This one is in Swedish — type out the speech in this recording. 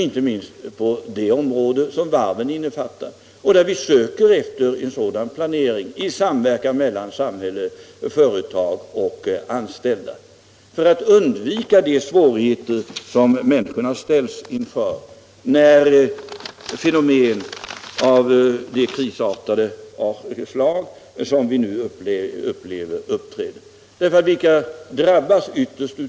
Där söker vi åstadkomma en sådan planering i samverkan mellan samhälle, företag och anställda för att undvika de svårigheter som människorna ställs inför när fenomen av det krisartade slag som vi nu upplever uppträder. Vilka är det som drabbas ytterst?